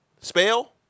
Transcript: spell